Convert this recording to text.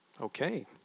Okay